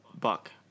Buck